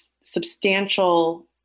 substantial